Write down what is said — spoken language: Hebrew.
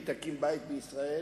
והיא תקים בית בישראל,